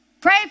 pray